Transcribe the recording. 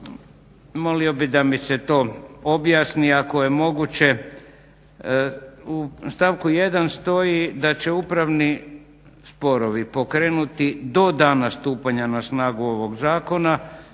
molio bih da mi se to objasni ako je moguće. U stavku 1. stoji da će upravni sporovi pokrenuti do dana stupanja na snagu ovog Zakona